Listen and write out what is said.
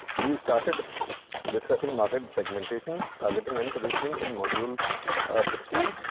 we started discussing market segmentation, targeting and positioning in module a sixteen.